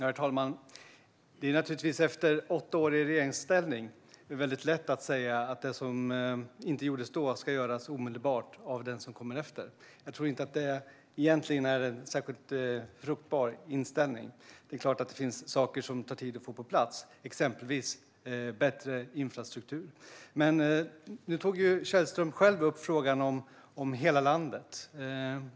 Herr talman! Det är naturligtvis efter åtta år i regeringsställning väldigt lätt att säga att det som inte gjordes då ska göras omedelbart av den som kommer efter. Jag tror inte att det egentligen är en särskilt fruktbar inställning. Det är klart att det finns saker som tar tid att få på plats, exempelvis bättre infrastruktur. Men nu tog Källström själv upp frågan om hela landet.